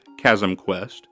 ChasmQuest